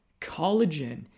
collagen